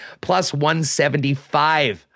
Plus-175